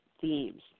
themes